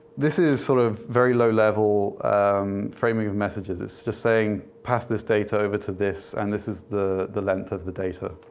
this is sort of very low-level framing of messages. it's just saying, pass this data over to this, and this is the the length of the data.